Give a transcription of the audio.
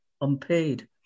unpaid